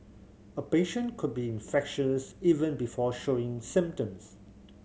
a patient could be infectious even before showing symptoms